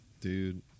Dude